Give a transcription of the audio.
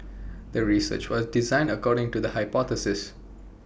the research was designed according to the hypothesis